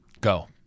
Go